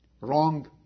Wrong